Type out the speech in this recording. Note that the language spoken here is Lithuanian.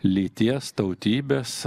lyties tautybės